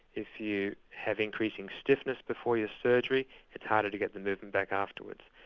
if you have increasing stiffness before your surgery it's harder to get the movement back afterwards.